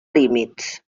límits